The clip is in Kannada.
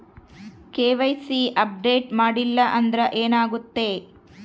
ಕೆ.ವೈ.ಸಿ ಅಪ್ಡೇಟ್ ಮಾಡಿಲ್ಲ ಅಂದ್ರೆ ಏನಾಗುತ್ತೆ?